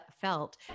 felt